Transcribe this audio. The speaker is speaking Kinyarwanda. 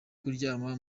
kuryama